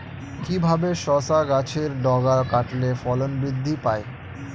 কিভাবে শসা গাছের ডগা কাটলে ফলন বৃদ্ধি পায়?